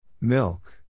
Milk